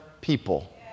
people